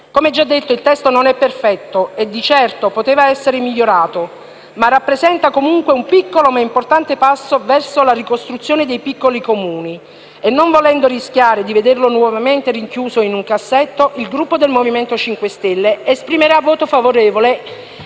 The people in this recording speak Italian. Come già detto, il testo non è perfetto e di certo poteva essere migliorato, ma rappresenta comunque un piccolo, ma importante passo verso la ricostruzione dei piccioli Comuni e non volendo rischiare di vederlo nuovamente rinchiuso in un cassetto, il Gruppo del Movimento 5 Stelle esprimerà voto favorevole